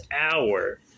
hour